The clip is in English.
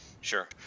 sure